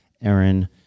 Aaron